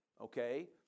okay